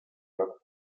jörg